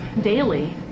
daily